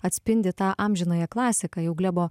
atspindi tą amžinąją klasiką jau glebo